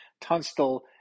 Tunstall –